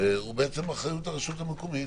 הוא באחריות הרשות המקומית,